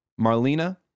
Marlena